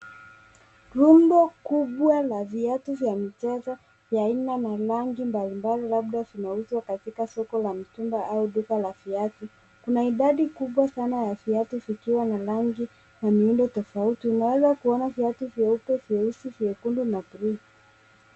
Rundo kubwa la viatu vya michezo vya aina na rangi mbalimbali labda zinauzwa katika soko la mtumba au duka la viatu. Kuna idadi kubwa sana ya viatu vikiwa na rangi na miundo tofauti. Unaweza kuona viatu vyeupe, vyeusi, vyekundu na green .